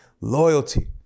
loyalty